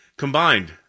Combined